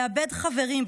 לאבד חברים,